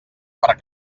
per